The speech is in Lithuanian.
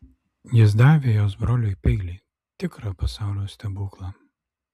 jis davė jos broliui peilį tikrą pasaulio stebuklą